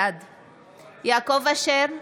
בעד יעקב אשר,